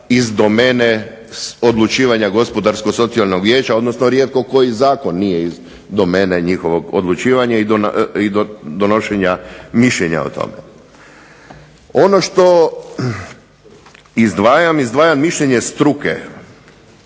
iz domene odlučivanja gospodarsko-socijalnog vijeća, odnosno rijetko koji zakon nije iz domene njihovog odlučivanja i donošenja mišljenja o tome. Ono što izdvajam, izdvajam mišljenje struke.